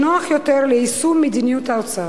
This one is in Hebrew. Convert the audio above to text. שנוח יותר ליישום מדיניות האוצר.